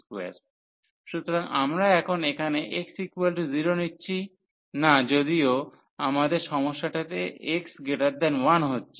সুতরাং আমরা এখন এখানে x0 নিচ্ছি না যদিও আমাদের সমস্যাটাতে x1 হচ্ছে